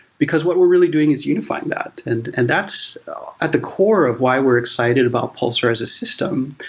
because what we're really doing is unifying that and and that's at the core of why we're excited about pulsar as a system,